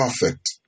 perfect